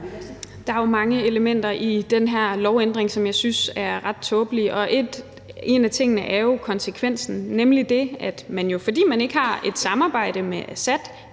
Der er jo mange elementer i den her lovændring, som jeg synes er ret tåbelige, og en af tingene er konsekvensen, nemlig det, at man jo, fordi man ikke har et samarbejde med Assad,